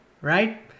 right